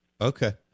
Okay